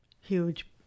huge